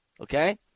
Okay